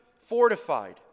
fortified